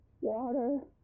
water